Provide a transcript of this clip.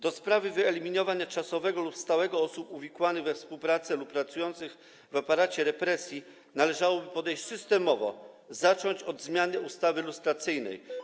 Do sprawy wyeliminowania czasowego lub stałego osób uwikłanych we współpracę z aparatem represji lub pracujących w aparacie represji należałoby podejść systemowo, zacząć od zmiany ustawy lustracyjnej.